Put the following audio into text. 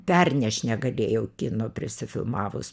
pernešt negalėjau kino prisifilmavus